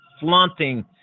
flaunting